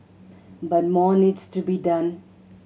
but more needs to be done